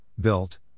Built